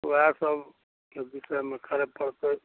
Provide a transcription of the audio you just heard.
ओएह सब बिषयमे करै पड़तै